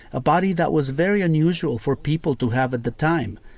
a body that was very unusual for people to have at the time.